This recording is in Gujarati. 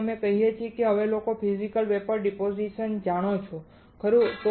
તેથી એમ કહીને હવે તમે લોકો ફિઝિકલ વેપોર ડીપોઝીશન જાણો છો ખરું